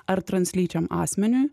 ar translyčiam asmeniui